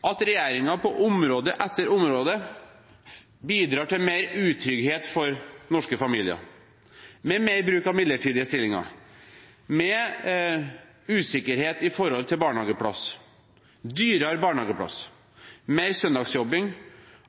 at regjeringen på område etter område bidrar til mer utrygghet for norske familier – med mer bruk av midlertidige stillinger, med usikkerhet rundt barnehageplass, dyrere barnehageplass, mer søndagsjobbing